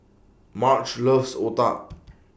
Marge loves Otah